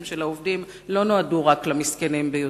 של העובדים לא נועדו רק למסכנים ביותר.